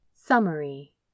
Summary